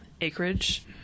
acreage